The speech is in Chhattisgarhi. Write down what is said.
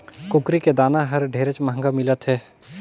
कुकरी के दाना हर ढेरेच महंगा मिलत हे